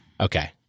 Okay